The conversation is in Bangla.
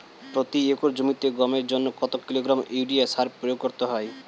প্রতি একর জমিতে গমের জন্য কত কিলোগ্রাম ইউরিয়া সার প্রয়োগ করতে হয়?